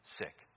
sick